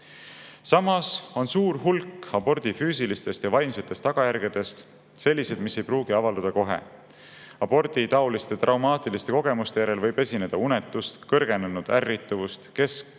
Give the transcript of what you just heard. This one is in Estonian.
Samas on suur hulk abordi füüsilistest ja vaimsetest tagajärgedest sellised, mis ei pruugi avalduda kohe. Aborditaoliste traumaatiliste kogemuste järel võib esineda unetust, kõrgenenud ärrituvust, keskendumisraskusi,